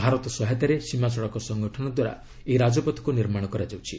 ଭାରତ ସହାୟତାରେ ସୀମା ସଡ଼କ ସଂଗଠନ ଦ୍ୱାରା ଏହି ରାଜପଥକୁ ନିର୍ମାଣ କରାଯାଉଛି